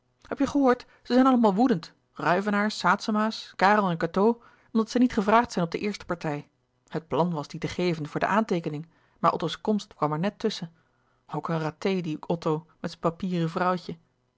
heb je gehoord ze zijn allemaal woedend ruyvenaers saetzema's karel en cateau omdat ze niet gevraagd zijn op de eerste partij het plan was die te geven voor de aanteekening maar otto's komst kwam er net tusschen ook een râté die otto met zijn papieren vrouwtje